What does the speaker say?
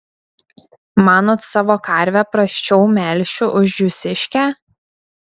manot savo karvę prasčiau melšiu už jūsiškę